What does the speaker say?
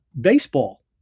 baseball